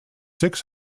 six